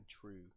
true